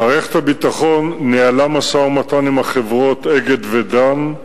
מערכת הביטחון ניהלה משא-ומתן עם החברות "אגד" ו"דן",